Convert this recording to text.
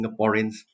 Singaporeans